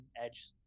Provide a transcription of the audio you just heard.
edge